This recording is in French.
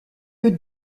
eux